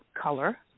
color